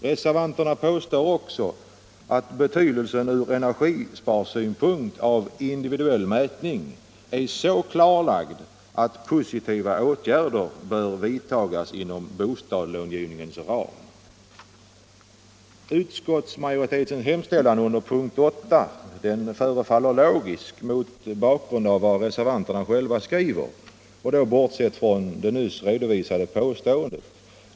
Reservanterna påstår också att betydelsen ur energisparsynpunkt av individuell mätning är så klarlagd att positiva åtgärder bör vidtagas inom bostadslångivningens ram Utskottsmajoritetens hemställan under punkten 8 förefaller logisk mot bakgrund av vad reservanterna själva skriver, bortsett då från det nyss redovisade påståendet.